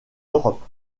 europe